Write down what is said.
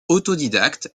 autodidacte